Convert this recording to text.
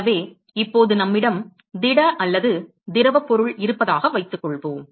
எனவே இப்போது நம்மிடம் திட அல்லது திரவப் பொருள் இருப்பதாக வைத்துக்கொள்வோம்